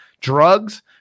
drugs